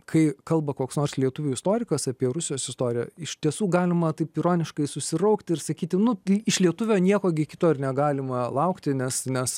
kai kalba koks nors lietuvių istorikas apie rusijos istoriją iš tiesų galima taip ironiškai susivokti ir sakyti nu iš lietuvio nieko gi kito ir negalima laukti nes nes